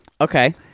Okay